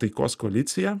taikos koalicija